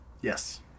Yes